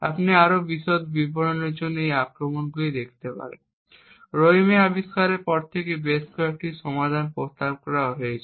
আপনি আরও বিশদ বিবরণের জন্য এই আক্রমণগুলি দেখতে পারেন। রোহ্যামার আবিষ্কারের পর থেকে বেশ কয়েকটি সমাধান প্রস্তাব করা হয়েছে